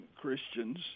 Christians